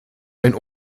ein